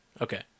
Okay